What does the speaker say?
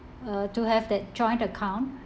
uh to have that joint account